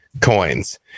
coins